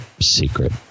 secret